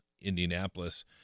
Indianapolis